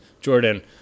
Jordan